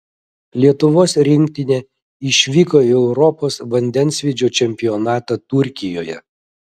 lietuvos rinktinė išvyko į europos vandensvydžio čempionatą turkijoje